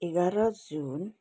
एघार जुन